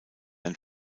ein